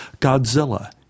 Godzilla